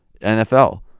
NFL